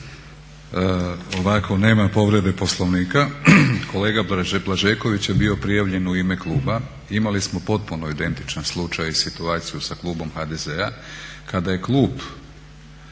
Ovako, nema povrede Poslovnika. Kolega Blažeković je bio prijavljen u ime kluba. Imali smo potpuno identičan slučaj i situaciju sa klubom HDZ-a kada je klub